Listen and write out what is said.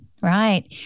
right